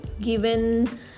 given